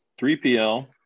3PL